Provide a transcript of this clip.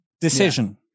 decision